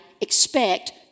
expect